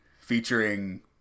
featuring